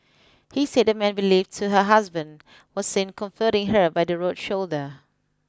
he said a man believed to her husband was seen comforting her by the road shoulder